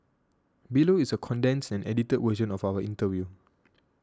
below is a condensed and edited version of our interview